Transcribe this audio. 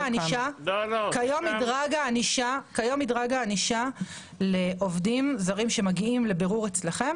כיום מדרג הענישה לעובדים זרים שמגיעים לבירור אצלכם,